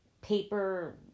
paper